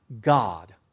God